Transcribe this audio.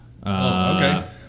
Okay